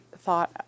thought